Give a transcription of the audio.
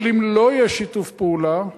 ואם לא יהיה שיתוף פעולה,